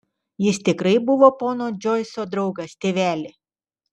jis tikrai buvo pono džoiso draugas tėveli